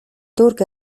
turc